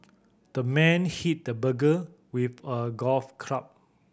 the man hit the burglar with a golf club